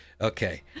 okay